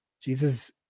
Jesus